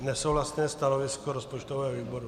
Nesouhlasné stanovisko rozpočtového výboru.